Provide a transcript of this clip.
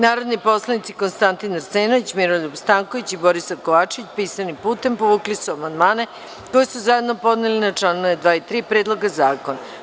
Narodni poslanici Konstantin Arsenović, Miroljub Stanković i Borisav Kovačević, pisanim putem, povukli su amandmane koje su zajedno podneli na članove 2. i 3. Predloga zakona.